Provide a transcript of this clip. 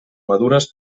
madures